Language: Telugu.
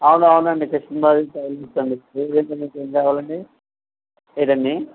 అవును అవునండి కృష్ణ బారాజ్ టేలర్ హుడ్ అండి మీకు ఏమి కావాలండి చెప్పండి ఏంటండి